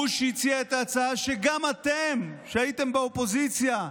הוא שהציע את ההצעה, וגם אתם, כשהייתם באופוזיציה,